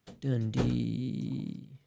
Dundee